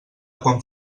quan